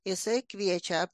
jisai kviečia